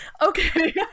okay